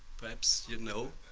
perhaps you know